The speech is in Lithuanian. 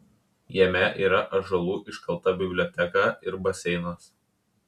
jame yra ąžuolu iškalta biblioteka ir baseinas